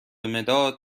مداد